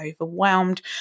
overwhelmed